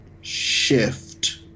Shift